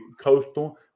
coastal